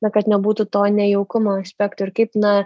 na kad nebūtų to nejaukumo aspekto ir kaip na